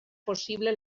possible